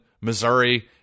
Missouri